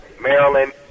Maryland